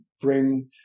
bring